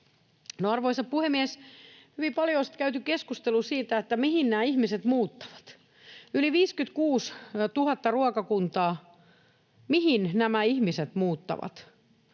Arvoisa puhemies! Hyvin paljon on sitten käyty keskustelua siitä, mihin nämä ihmiset muuttavat. Yli 56 000 ruokakuntaa — mihin nämä ihmiset muuttavat?